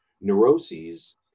neuroses